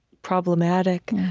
problematic.